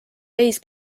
reis